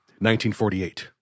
1948